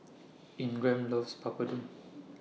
Ingram loves Papadum